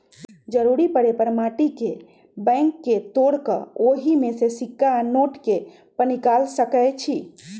जरूरी परे पर माटी के बैंक के तोड़ कऽ ओहि में से सिक्का आ नोट के पनिकाल सकै छी